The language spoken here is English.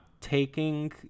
taking